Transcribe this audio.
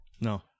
No